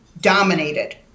dominated